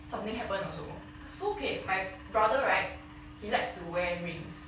something happen also so okay my brother right he likes to wear rings